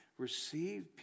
Receive